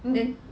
then